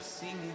Singing